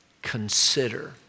consider